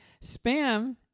Spam